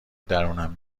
درونم